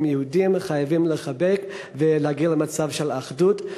הם יהודים וחייבים לחבק ולהגיע למצב של אחדות,